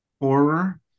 horror